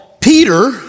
Peter